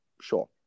sure